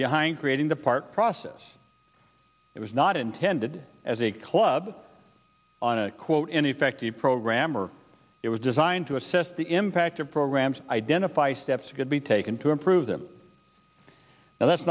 behind creating the park process it was not intended as a club on a quote an effective program or it was designed to assess the impact of programs identify steps could be taken to improve them and that's